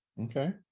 okay